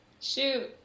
Shoot